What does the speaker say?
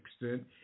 extent